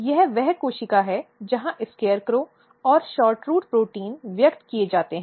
यह वह कोशिका है जहां SCARECROW और SHORTROOT प्रोटीन व्यक्त किए जाते हैं